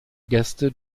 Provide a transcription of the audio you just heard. gäste